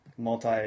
Multi